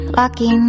lucky